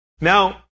Now